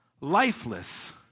lifeless